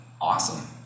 awesome